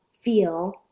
feel